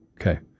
Okay